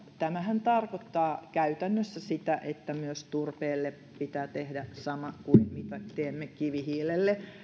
tämähän tarkoittaa käytännössä sitä että myös turpeelle pitää tehdä sama kuin mitä teemme kivihiilelle